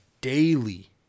daily